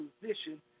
position